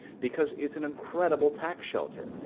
because it's an incredible tax shelter,